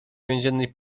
więziennej